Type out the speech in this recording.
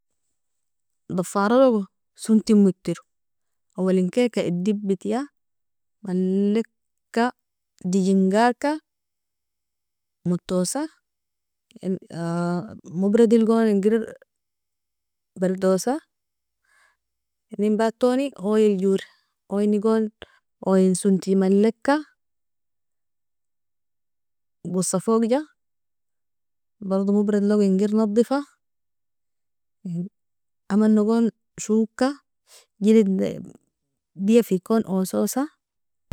Dafaralogo sonti motiro, awalinkelka edi bitia malik digingarka moitosa mobridilgon ingir bardosa, eninbatoni oyl jor oynigon oyn sonti malika gosa fogja, bardo mobridlog ingir nadifa amanogon shoka jilid deia fikon ososa.